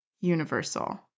universal